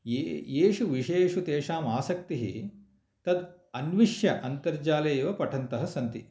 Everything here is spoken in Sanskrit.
ये येषु विषयेषु तेषाम् आसक्तिः तत् अन्विष्य अन्तर्जाले एव पठन्तः सन्ति